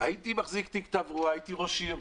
הייתי מחזיק תיק תברואה, הייתי ראש עיר,